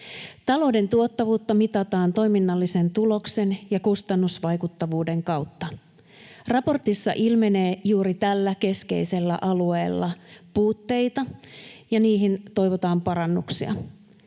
Talouden tuottavuutta mitataan toiminnallisen tuloksen ja kustannusvaikuttavuuden kautta. Raportissa ilmenee juuri tällä keskeisellä alueella puutteita, ja niihin toivotaan parannuksia.